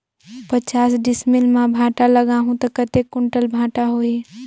पचास डिसमिल मां भांटा लगाहूं ता कतेक कुंटल भांटा होही?